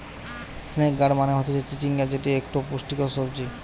snake gourd মানে হতিছে চিচিঙ্গা যেটি একটো পুষ্টিকর সবজি